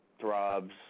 throbs